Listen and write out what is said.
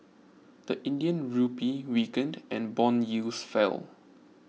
the Indian Rupee weakened and bond yields fell